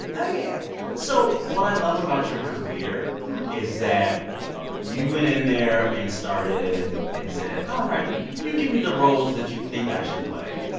oh, yeah so what i love about your career is that you went in there and started and said, all right, you you give me the roles that you think i should play.